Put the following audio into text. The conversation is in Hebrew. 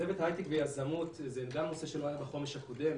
צוות הייטק ויזמות זה גם נושא שלא היה בחומש הקודמת,